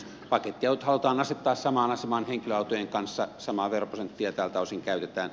pakettiautot halutaan asettaa samaan asemaan henkilöautojen kanssa samaa veroprosenttia tältä osin käytetään